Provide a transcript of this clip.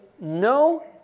no